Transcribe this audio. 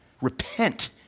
Repent